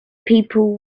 people